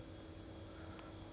oh